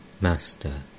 Master